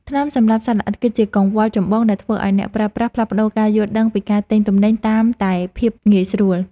ថ្នាំសម្លាប់សត្វល្អិត គឺជាកង្វល់ចម្បងដែលធ្វើឱ្យអ្នកប្រើប្រាស់ផ្លាស់ប្តូរការយល់ដឹងពីការទិញអាហារតាមតែភាពងាយស្រួល។